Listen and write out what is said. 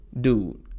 dude